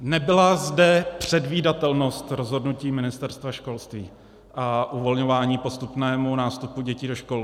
Nebyla zde předvídatelnost rozhodnutí Ministerstva školství a uvolňování postupnému nástupu dětí do škol.